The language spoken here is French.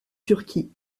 turquie